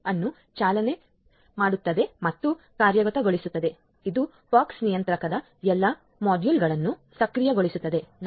P" ಅನ್ನು ಚಾಲನೆ ಮಾಡುತ್ತದೆ ಮತ್ತು ಕಾರ್ಯಗತಗೊಳಿಸುತ್ತದೆ ಇದು POX ನಿಯಂತ್ರಕದ ಎಲ್ಲಾ ಮಾಡ್ಯೂಲ್ಗಳನ್ನು ಸಕ್ರಿಯಗೊಳಿಸುತ್ತದೆ